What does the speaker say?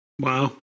Wow